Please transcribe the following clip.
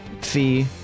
Fee